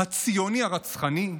"הציוני הרצחני",